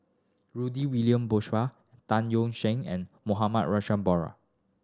Rudy William Mosbergen Tan Yeok Seong and Mohamed Rozani